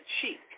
cheek